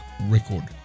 record